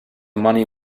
money